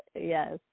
Yes